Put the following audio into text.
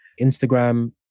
Instagram